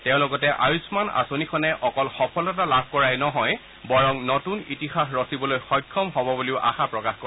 তেওঁ লগতে আয়ুম্মান আঁচনিখনে অকল সফলতা লাভ কৰায়ে নহয় বৰং নতুন ইতিহাস ৰচিবলৈ সক্ষম হব বুলিও আশা প্ৰকাশ কৰে